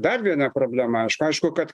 dar viena problema aišku kad